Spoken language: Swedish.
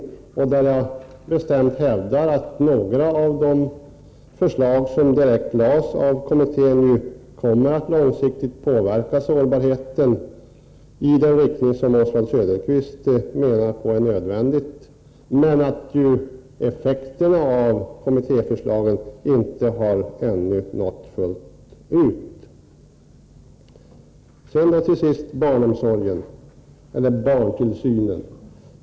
Jag hävdar bestämt att några av de förslag som direkt framlades av den kommittén långsiktigt kommer att påverka sårbarheten i den riktning som Oswald Söderqvist tyckte var nödvändig. Men effekterna av kommitténs förslag har ännu inte nått fullt ut. Till sist några ord om barnomsorgen.